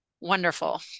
Wonderful